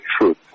truth